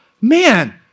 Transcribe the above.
man